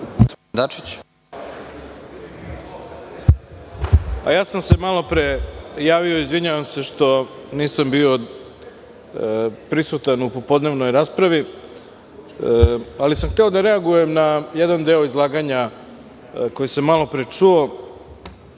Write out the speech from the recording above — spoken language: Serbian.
Malopre sam se javio. Izvinjavam se što nisam bio prisutan u popodnevnoj raspravi. Hteo sam da reagujem na jedan deo izlaganja koji sam malopre čuo.